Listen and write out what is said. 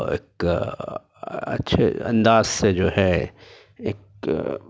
ایک اچھے انداز سے جو ہے ایک